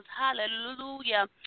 hallelujah